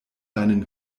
deinen